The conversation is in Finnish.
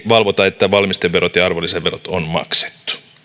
valvota että valmisteverot ja arvonlisäverot on maksettu